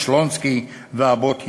שלונסקי ואבות ישורון,